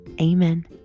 amen